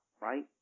Right